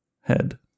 head